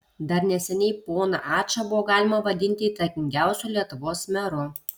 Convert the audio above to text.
dar neseniai poną ačą buvo galima vadinti įtakingiausiu lietuvos meru